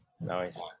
nice